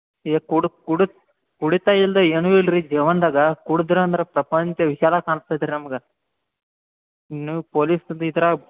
ಈಗ ಕುಡಿ ಕುಡಿತ ಕುಡಿತ ಇಲ್ದೇ ಏನೂ ಇಲ್ಲ ರೀ ಜೀವನ್ದಾಗೆ ಕುಡ್ದ್ರಂದ್ರೆ ಪ್ರಪಂಚ ವಿಶಾಲಾಗಿ ಕಾಣಿಸ್ತೈತ್ರಿ ನಮ್ಗೆ ನೀವು ಪೊಲೀಸ್ದು ಇದ್ರಾಗೆ